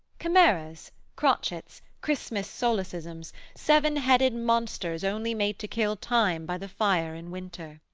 chimeras, crotchets, christmas solecisms, seven-headed monsters only made to kill time by the fire in winter